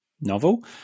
novel